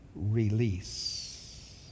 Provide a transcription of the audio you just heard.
Release